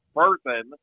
person